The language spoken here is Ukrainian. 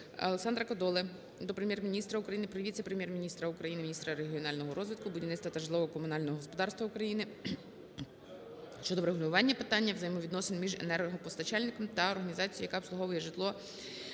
Олександра Кодоли до Прем'єр-міністра України, віце-прем'єр-міністра України - міністра регіонального розвитку, будівництва та житлово-комунального господарства України щодо врегулювання питання взаємовідносин між енергопостачальником та організацією, яка обслуговує житло,